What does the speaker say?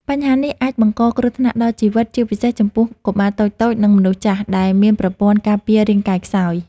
បញ្ហានេះអាចបង្កគ្រោះថ្នាក់ដល់ជីវិត ជាពិសេសចំពោះកុមារតូចៗ និងមនុស្សចាស់ ដែលមានប្រព័ន្ធការពាររាងកាយខ្សោយ។